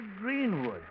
Greenwood